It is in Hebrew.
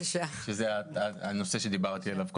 שהוא הנושא שדיברתי עליו קודם,